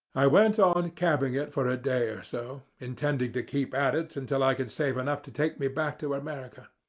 i went on cabbing it for a day or so, intending to keep at it until i could save enough to take me back to america.